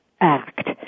act